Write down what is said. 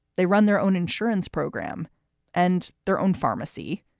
they run their own insurance program and their own pharmacy.